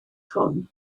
hwn